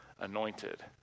anointed